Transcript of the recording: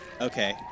Okay